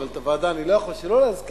אבל את הוועדה אני לא יכול שלא להזכיר.